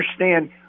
understand